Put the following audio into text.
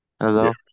Hello